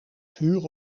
vuur